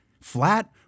flat